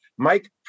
Mike